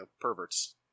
perverts